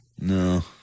No